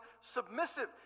submissive